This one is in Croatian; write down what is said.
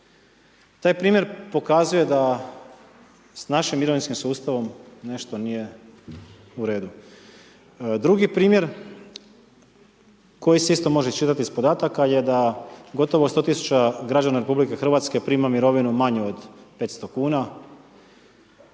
Taj primjer pokazuje da s naši mirovinskim sustavom nešto nije u redu. Drugi primjer koji se isto može iščitati iz podataka je da gotovo 100 000 građana RH prima mirovinu manju od 500 kuna,